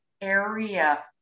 area